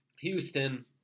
Houston